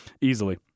easily